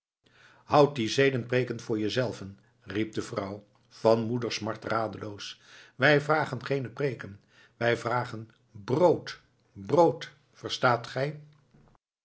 houd die zedenpreeken voor je zelven riep de vrouw van moedersmart radeloos wij vragen geene preeken wij vragen brood brood verstaat gij